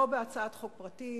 לא בהצעת חוק פרטית,